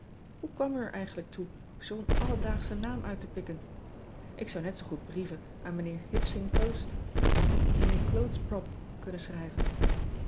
kwam u er eigenlijk toe zoo n alledaagschen naam uit te pikken k zou net zoo goed brieven aan ijnheer itching ost of ijnheer lothes rop kunnen schrijven